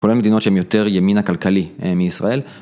כל המדינות שהם יותר ימין הכלכלי מישראל.